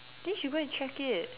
then you should go and check it